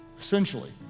essentially